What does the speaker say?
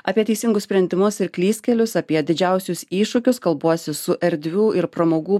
apie teisingus sprendimus ir klystkelius apie didžiausius iššūkius kalbuosi su erdvių ir pramogų